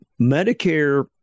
Medicare